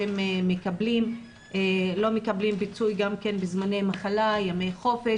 הן לא מקבלות פיצוי בזמני מחלה, ימי חופש